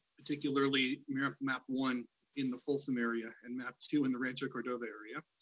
particularly map map one in the folsom area, and map two in the rancho cordova area,